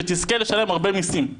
שתזכה לשלם הרבה מיסים.